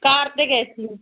ਕਾਰ 'ਤੇ ਗਏ ਸੀ